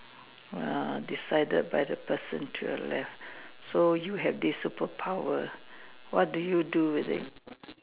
uh decided by the person to your left so you have this superpower what do you do with it